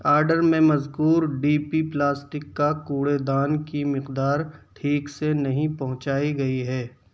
order میں مذکور D P plastic کا کوڑے دان کی مقدار ٹھیک سے نہیں پہنچائی گئی ہے